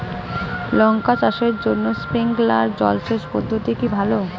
লঙ্কা চাষের জন্য স্প্রিংলার জল সেচ পদ্ধতি কি ভালো?